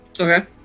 Okay